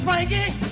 Frankie